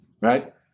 right